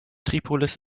tripolis